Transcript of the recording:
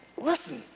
Listen